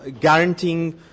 guaranteeing